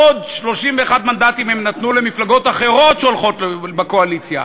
עוד 31 מנדטים הם נתנו למפלגות אחרות שהולכות לקואליציה,